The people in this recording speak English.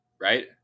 right